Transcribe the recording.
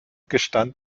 gestand